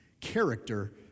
Character